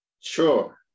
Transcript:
Sure